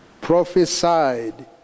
prophesied